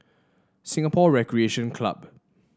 Singapore Recreation Club